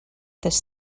this